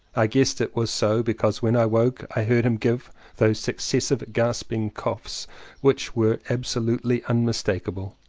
i guessed it was so, because when i woke i heard him give those successive gasping coughs which were absolutely unmistakable.